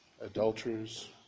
adulterers